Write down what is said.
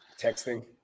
Texting